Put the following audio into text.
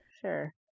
sure